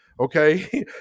okay